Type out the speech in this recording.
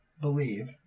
believe